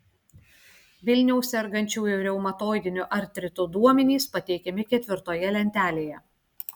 vilniaus sergančiųjų reumatoidiniu artritu duomenys pateikiami ketvirtoje lentelėje